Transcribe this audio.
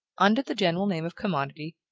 under the general name of commodity,